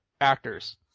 actors